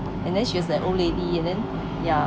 and she was like old lady and then ya